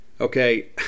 okay